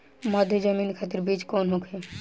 मध्य जमीन खातिर बीज कौन होखे?